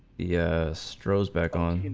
yeah stroh's back on